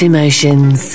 Emotions